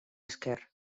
esker